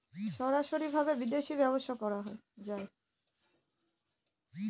সরাসরি ভাবে বিদেশী ব্যবসা করা যায়